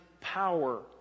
power